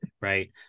right